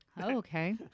Okay